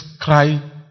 cry